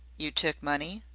you took money?